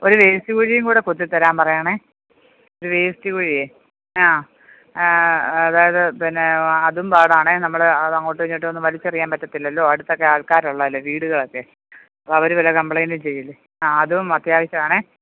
ഒരു വേസ്റ്റ് കുഴിയും കൂടെ കുത്തി തരാൻ പറയണേ ഒരു വേസ്റ്റ് കുഴിയെ ആ അതായത് പിന്നെ അതും പാടാണെ നമ്മള് അത് അങ്ങോട്ടും ഇങ്ങോട്ടൊന്നും വലിച്ച് എറിയാൻ പറ്റത്തില്ലല്ലോ അടുത്തൊക്കെ ആൾക്കാര് ഉള്ളതല്ലേ വീടുകളൊക്കെ അവര് വല്ല കംപ്ലെയിൻറ്റും ചെയ്യില്ലേ ആ അതും അത്യാവശ്യമാണേ